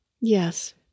Yes